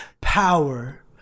Power